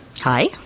Hi